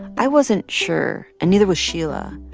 i wasn't sure, and neither was sheila.